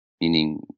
Meaning